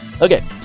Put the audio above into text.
Okay